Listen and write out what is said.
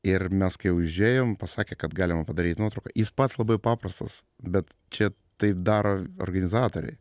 ir mes kai užėjom pasakė kad galima padaryt nuotrauką jis pats labai paprastas bet čia tai daro organizatoriai